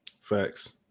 Facts